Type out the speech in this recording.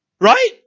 right